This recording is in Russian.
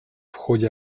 ходе